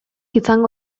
izango